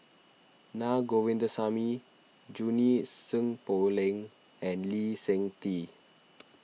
Na Govindasamy Junie Sng Poh Leng and Lee Seng Tee